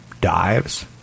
dives